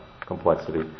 complexity